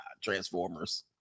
Transformers